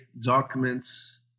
documents